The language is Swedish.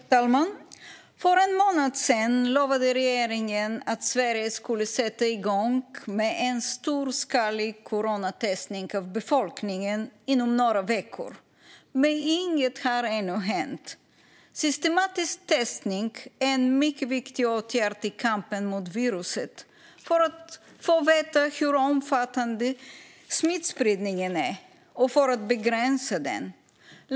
Herr talman! För en månad sedan lovade regeringen att Sverige skulle sätta igång med en storskalig coronatestning av befolkningen inom några veckor, men inget har ännu hänt. Systematisk testning är en mycket viktig åtgärd i kampen mot viruset för att få veta hur omfattande smittspridningen är och för att begränsa den.